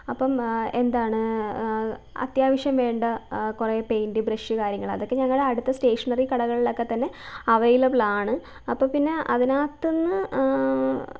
അപ്പം എന്താണ് അത്യാവശ്യം വേണ്ട കുറേ പെയിൻറ്റ് ബ്രഷ് കാര്യങ്ങളതൊക്കെ ഞങ്ങൾ അടുത്ത സ്റ്റേഷനറി കടകളിലൊക്കെ തന്നെ അവൈലബിളാണ് അപ്പം പിന്നെ അതിനകത്തു നിന്ന്